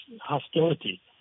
hostility